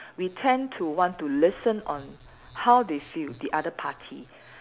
we tend to want to listen on how they feel the other party